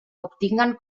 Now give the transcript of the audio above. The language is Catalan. obtinguen